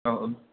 औ